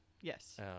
Yes